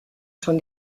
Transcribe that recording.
schon